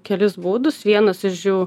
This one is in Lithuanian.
kelis būdus vienas iš jų